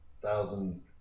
thousand